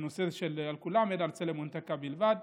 לא על כולם אלא על סלומון טקה בלבד.